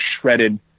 shredded